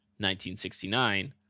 1969